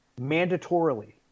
mandatorily